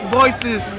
voices